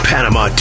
Panama